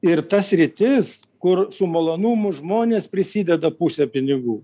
ir ta sritis kur su malonumu žmonės prisideda pusę pinigų